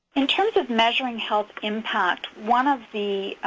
in terms of measuring health impact, one of the